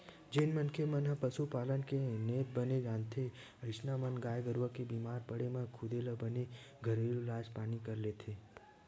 जेन मनखे मन ह पसुपालन के नेत बने जानथे अइसन म गाय गरुवा के बीमार पड़े म खुदे ले बने घरेलू इलाज पानी कर लेथे